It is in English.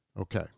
Okay